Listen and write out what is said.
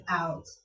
out